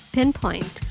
Pinpoint